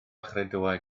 chredoau